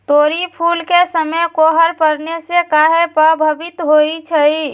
तोरी फुल के समय कोहर पड़ने से काहे पभवित होई छई?